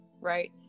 right